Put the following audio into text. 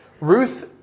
Ruth